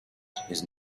his